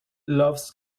loves